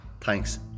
Thanks